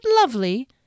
lovely